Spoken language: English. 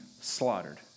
slaughtered